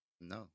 No